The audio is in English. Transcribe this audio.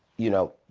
you know.